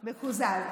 מקוזז.